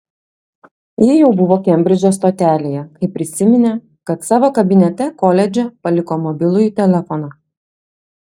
ji jau buvo kembridžo stotelėje kai prisiminė kad savo kabinete koledže paliko mobilųjį telefoną